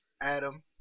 Adam